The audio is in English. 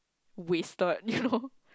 wasted you know